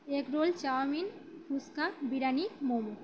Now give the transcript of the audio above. egg roll chow mein fuchka biryani momo